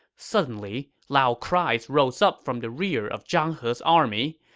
suddenly, loud cries rose up from the rear of zhang he's army.